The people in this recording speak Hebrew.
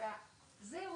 אפשר